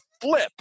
flip